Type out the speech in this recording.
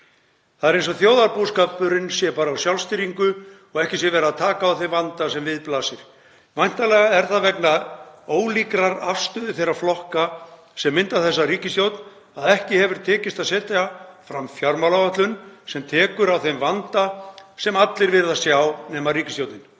Það er eins og þjóðarbúskapurinn sé bara á sjálfstýringu og ekki er verið að taka á þeim vanda sem við blasir. Væntanlega er það vegna ólíkrar afstöðu þeirra flokka sem mynda þessa ríkisstjórn að ekki hefur tekist að setja fram fjármálaáætlun sem tekur á þeim vanda sem allir virðast sjá nema hún.